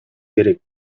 керек